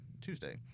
Tuesday